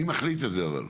מי מחליט את זה אבל?